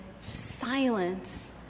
silence